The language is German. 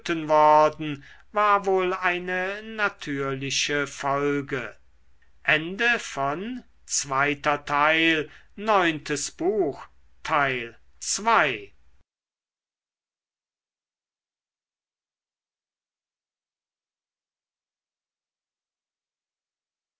worden war wohl eine natürliche folge